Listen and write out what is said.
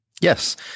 Yes